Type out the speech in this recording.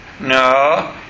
No